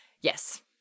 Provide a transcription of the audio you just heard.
yes